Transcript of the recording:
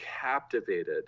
captivated